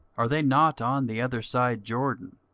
are they not on the other side jordan,